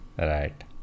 Right